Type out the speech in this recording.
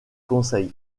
conseil